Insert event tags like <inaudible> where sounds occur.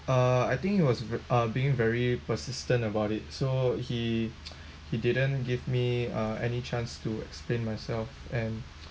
uh I think it was uh being very persistent about it so he <noise> he didn't give me uh any chance to explain myself and